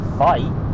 fight